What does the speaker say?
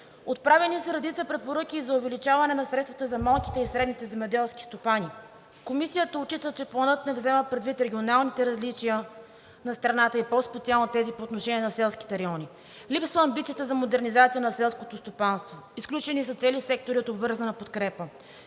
Отправяни са редица препоръки за увеличаване на средствата за малките и средните земеделски стопани. Комисията отчита, че Планът не взима предвид регионалните различия на страната и по-специално на тези по отношение на селските райони. Липсва амбицията за модернизация на селското стопанство, изключени са цели сектори от обвързана подкрепа.